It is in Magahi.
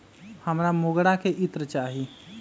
हमरा मोगरा के इत्र चाही